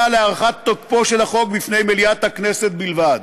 להארכת תוקפו של החוק בפני מליאת הכנסת בלבד,